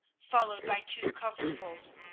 followed by two constables.